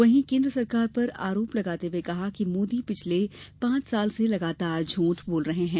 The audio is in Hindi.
वहीं केन्द्र सरकार पर आरोप लगाते हुये कहा कि मोदी पिछले पांच साल से लगातार झूठ बोल रहे हैं